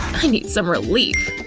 i need some relief.